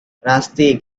rusty